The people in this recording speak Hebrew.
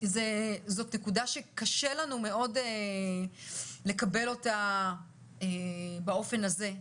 זאת נקודה שקשה לנו מאוד לקבל באופן הזה.